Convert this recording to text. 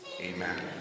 Amen